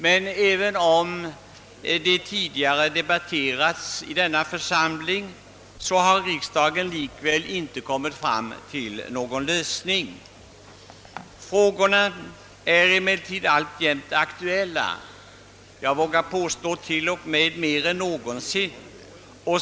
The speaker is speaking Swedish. Men även om de debatterats tidigare i den Åtgärder i syfte att fördjupa och stärka det svenska folkstyret na församling, har riksdagen likväl inte kunnat komma fram till någon lösning, och frågorna är därför alltjämt aktuella — jag vågar påstå mer aktuella än någonsin.